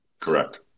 correct